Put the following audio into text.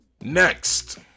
Next